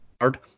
hard